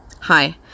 Hi